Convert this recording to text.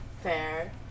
fair